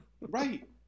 Right